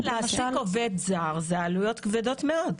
כן, להעסיק עובד זר, אלו עלויות כבדות מאוד.